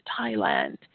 Thailand